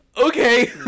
okay